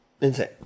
Insane